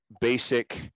basic